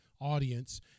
audience